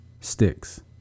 sticks